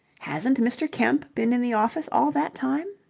hasn't mr. kemp been in the office all that time?